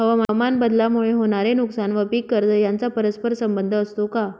हवामानबदलामुळे होणारे नुकसान व पीक कर्ज यांचा परस्पर संबंध असतो का?